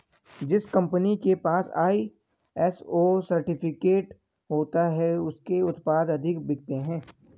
जिस कंपनी के पास आई.एस.ओ सर्टिफिकेट होता है उसके उत्पाद अधिक बिकते हैं